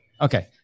Okay